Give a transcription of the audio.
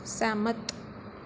सैह्मत